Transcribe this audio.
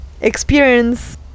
experience